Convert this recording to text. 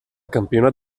campionat